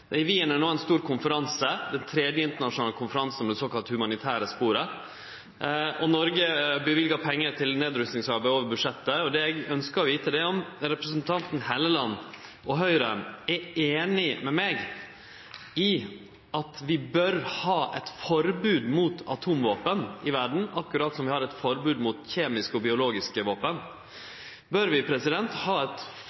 no ein stor konferanse, den tredje internasjonale konferansen om det såkalla humanitære sporet. Noreg løyver pengar til nedrustingsarbeid over budsjettet. Det eg ønskjer å vite, er om representanten Helleland og Høgre er einig med meg i at vi bør ha eit forbod mot atomvåpen i verda – akkurat som vi har eit forbod mot kjemiske og biologiske våpen.